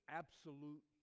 absolute